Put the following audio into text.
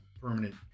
permanent